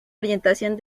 orientación